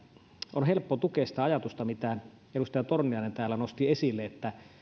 on helppo tukea sitä ajatusta minkä edustaja torniainen täällä nosti esille että